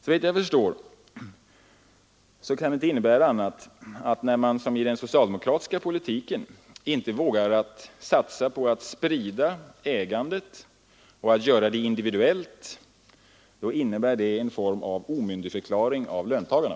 Såvitt jag förstår kan det inte innebära annat, när man som den socialdemokratiska politiken inte vågar satsa på att sprida ägandet och göra det individuellt, än en form av omyndigförklaring av löntagarna.